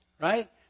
right